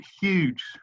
huge